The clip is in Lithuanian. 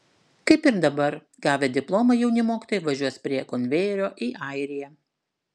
kaip ir dabar gavę diplomą jauni mokytojai važiuos prie konvejerio į airiją